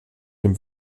dem